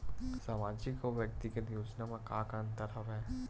सामाजिक अउ व्यक्तिगत योजना म का का अंतर हवय?